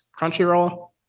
Crunchyroll